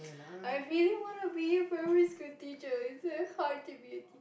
I really wanna be a primary school teacher it is hard to be a